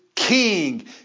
King